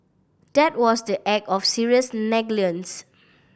that was the act of serious negligence